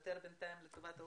מוותר לטובת האורחים.